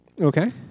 Okay